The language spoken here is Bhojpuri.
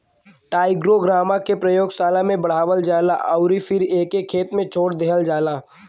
टाईक्रोग्रामा के प्रयोगशाला में बढ़ावल जाला अउरी फिर एके खेत में छोड़ देहल जाला